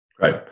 Right